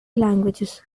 languages